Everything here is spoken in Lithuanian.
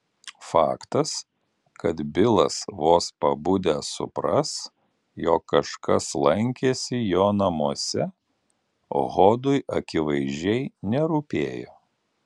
faktas kad bilas vos pabudęs supras jog kažkas lankėsi jo namuose hodui akivaizdžiai nerūpėjo